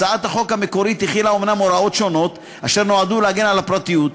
בהצעת החוק המקורית אומנם היו הוראות שונות אשר נועדו להגן על הפרטיות,